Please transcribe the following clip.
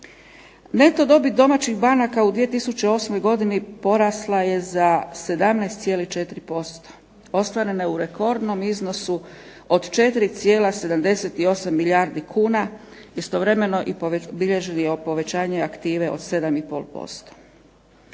Neto dobit domaćih banaka u 2008. godini porasla je za 17,4%. Ostvarena je u rekordnom iznosu od 4,78 milijardi kuna, istovremeno i bilježilo povećanje aktive od 7,5%.